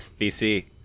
BC